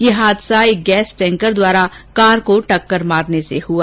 ये हादसा एक गैस टैंकर द्वारा कार को टक्कर मारने से हुआ